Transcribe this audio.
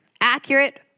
Accurate